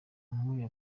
nkuyu